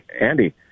Andy